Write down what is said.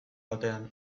batean